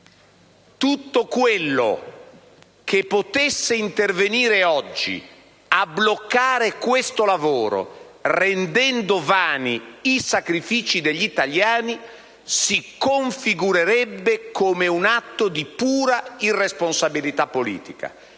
Tutto quello che dovesse intervenire oggi a bloccare questo lavoro, rendendo vani i sacrifici degli italiani, si configurerebbe come un atto di pura irresponsabilità politica.